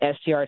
STR